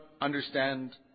understand